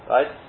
Right